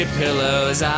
pillows